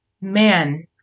man